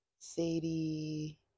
Sadie